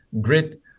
grit